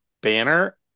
Banner